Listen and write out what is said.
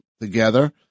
together